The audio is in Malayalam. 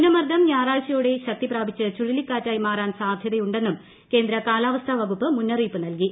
ന്യൂനമർദ്ദം ഞായറാഴ്ചയോടെ ശക്തിപ്രാപിച്ച് ചുഴലിക്കാറ്റായി മാറാൻ സാധ്യതയുണ്ടെന്നും കേന്ദ്ര കാലാവസ്ഥ വകുപ്പ് മുന്നറിയിപ്പ് നൽകി